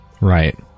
Right